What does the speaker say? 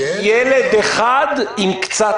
ילד אחד עם קצת